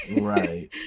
right